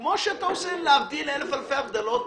זה בדיוק כדי שחס וחלילה לא יהיו שונות ופרשניות דווקניות.